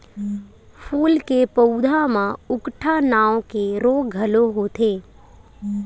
फूल के पउधा म उकठा नांव के रोग घलो होथे